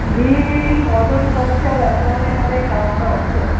मी मॉडर्नकरच्या लायब्ररीमध्ये कामाला होतो